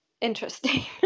interesting